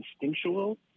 instinctual